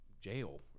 jail